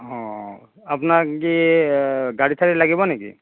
আপোনাক কি গাড়ী চাড়ী লাগিব নেকি